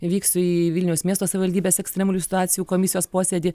vyksiu į vilniaus miesto savivaldybės ekstremalių situacijų komisijos posėdį